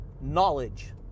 knowledge